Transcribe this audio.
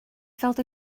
felt